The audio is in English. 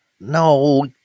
No